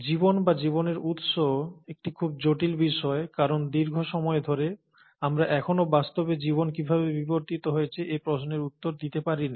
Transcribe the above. জীবন বা জীবনের উৎস একটি খুব জটিল বিষয় কারণ দীর্ঘ সময় ধরে আমরা এখনও বাস্তবে জীবন কিভাবে বিবর্তিত হয়েছে এ প্রশ্নের উত্তর দিতে পারিনি